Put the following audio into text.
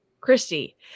christy